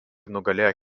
nugalėjo